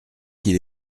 qu’il